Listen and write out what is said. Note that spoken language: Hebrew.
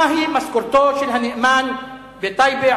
מהי משכורתו של הנאמן בטייבה,